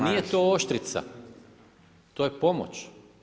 Nije to oštrica, to je pomoć.